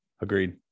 Agreed